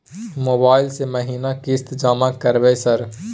Mobile से महीना किस्त जमा करबै सर?